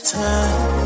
time